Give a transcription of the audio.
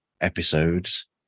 episodes